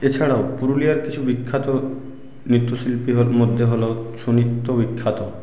এ ছাড়াও পুরুলিয়ার কিছু বিখ্যাত নৃত্য শিল্পীদের মধ্যে হল সুনৃত্য বিখ্যাত